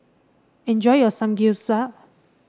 enjoy your Samgeyopsal